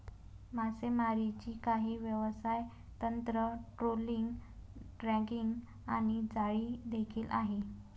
मासेमारीची काही व्यवसाय तंत्र, ट्रोलिंग, ड्रॅगिंग आणि जाळी देखील आहे